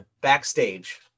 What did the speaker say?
backstage